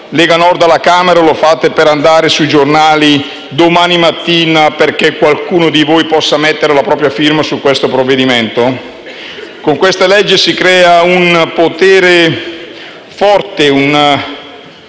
Lega Nord alla Camera, lo fate per andare sui giornali domani mattina perché qualcuno di voi possa apporvi la propria firma. Con questo provvedimento si crea un potere forte e uno